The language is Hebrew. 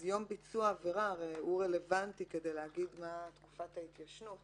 אז יום ביצוע העבירה הוא רלוונטי כדי להגיד מהי תקופת ההתיישנות